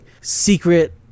secret